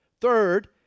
Third